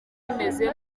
bimeze